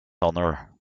honor